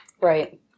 Right